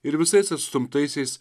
ir visais atstumtaisiais